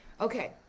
okay